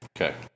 Okay